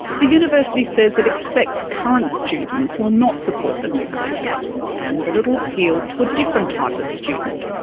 the university says it expects current students will not support the new curriculum and that it will appeal to a different type of student.